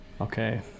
okay